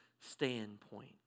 standpoint